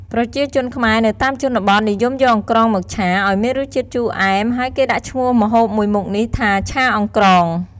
ប្រជាជនខ្មែរនៅតាមជនបទនិយមយកអង្រ្កងមកឆា ឱ្យមានរសជាតិជូរអែម ហើយគេដាក់ឈ្មោះម្ហូបមួយមុខនេះថា ឆាអង្រ្កង។